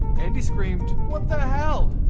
andie screamed, what the hell?